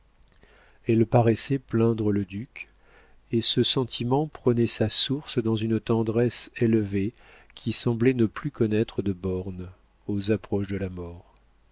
elle paraissait plaindre le duc et ce sentiment prenait sa source dans une tendresse élevée qui semblait ne plus connaître de bornes aux approches de la mort